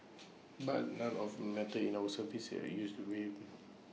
but none of that matters if our services are used in ways bring